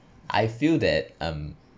I feel that um